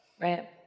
Right